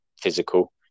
physical